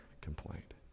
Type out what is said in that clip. complaint